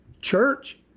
Church